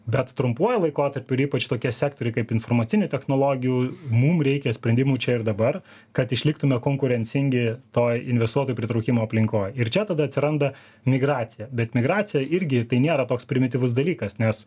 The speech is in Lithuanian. bet trumpuoju laikotarpiu ir ypač tokie sektoriai kaip informacinių technologijų mum reikia sprendimų čia ir dabar kad išliktume konkurencingi toj investuotojų pritraukimo aplinkoj ir čia tada atsiranda migracija bet migracija irgi tai nėra toks primityvus dalykas nes